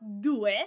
due